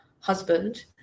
husband